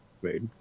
Great